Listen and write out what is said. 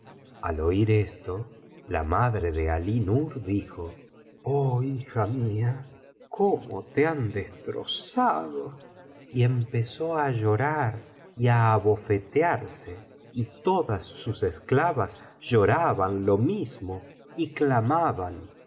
al oir esto la madre de alí nur dijo oh hija mía cómo te han destrozado y empezó á llorar y á abofetearse y todas sus esclavas lloraban lo mismo y cíamaban